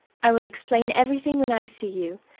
i will explain everything when i see you.